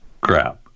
crap